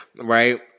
Right